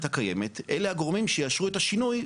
הקיימת יהיו גם הגורמים שיאשרו את השינוי,